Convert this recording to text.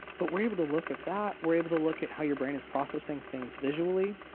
but we're able to look at that. we're able to look at how your brain is processing things visually.